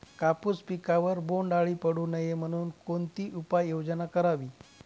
कापूस पिकावर बोंडअळी पडू नये म्हणून कोणती उपाययोजना करावी?